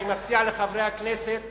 אני מציע לחברי הכנסת